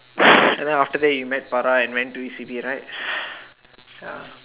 and then after you met Farah and went to E_C_P right ya